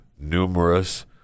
numerous